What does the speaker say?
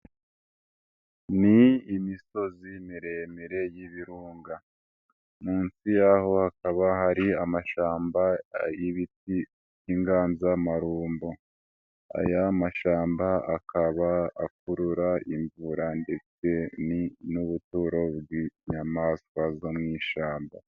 Ni imisozi miremire y'ibirunga munsi y'aho hakaba hari amashamba y'ibiti by'inganzamarumbo, aya mashyamba akaba akurura imvura ndetse ni n'ubuturo bw'inyamanswa zo mu ishyamba.